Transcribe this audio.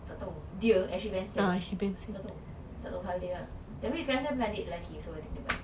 tak tahu dia actually very handsome tak tahu tak tahu hal dia lah tapi kak rasa dia date lelaki